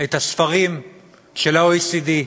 את הספרים של ה-OECD,